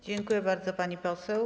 Dziękuję bardzo, pani poseł.